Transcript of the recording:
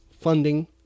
funding